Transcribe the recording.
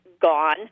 gone